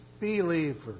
believer